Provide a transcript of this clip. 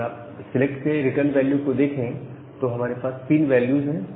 अगर आप सेलेक्ट के रिटर्न वैल्यू को देखें तो हमारे पास 3 वैल्यू होते हैं